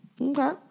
Okay